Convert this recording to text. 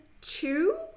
two